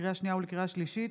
לקריאה שנייה ולקריאה שלישית: